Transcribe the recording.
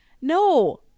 No